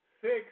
six